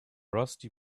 rusty